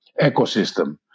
ecosystem